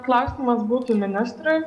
klausimas būtų ministrui